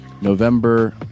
November